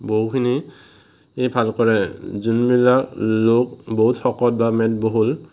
বহুখিনি ভাল কৰে যোনবিলাক লোক বহুত শকত বা মেদবহুল